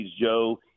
Joe